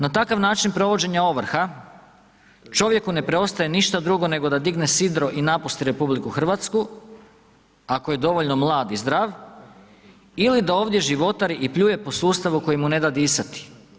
Na takav način provođenja ovrha čovjeku ne preostaje ništa drugo nego da digne sidro i napusti RH ako je dovoljno mlad i zdrav ili da ovdje životari i pljuje po sustavu koji mu ne da disati.